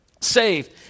saved